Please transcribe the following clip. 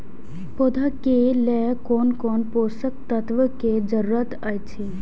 पौधा के लेल कोन कोन पोषक तत्व के जरूरत अइछ?